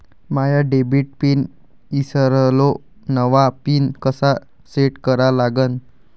माया debit pin ईसरलो, नवा pin कसा सेट करा लागन?